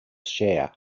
share